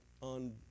on